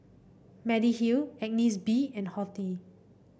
Mediheal Agnes B and Horti